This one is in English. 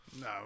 No